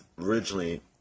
originally